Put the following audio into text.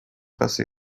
bessie